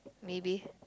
maybe